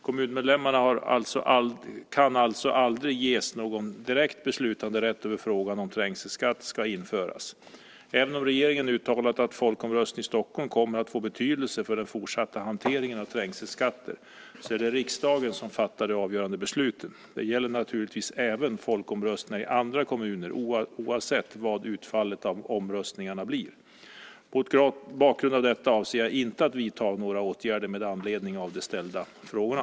Kommunmedlemmarna kan alltså aldrig ges någon direkt beslutanderätt över frågan om trängselskatt ska införas. Även om regeringen har uttalat att folkomröstningen i Stockholms kommun kommer att få betydelse för den fortsatta hanteringen av trängselskatter, så är det riksdagen som fattar de avgörande besluten. Detta gäller naturligtvis även folkomröstningar i andra kommuner oavsett vad utfallet av omröstningarna blir. Mot bakgrund av detta avser jag inte att vidta några åtgärder med anledning av de ställda frågorna.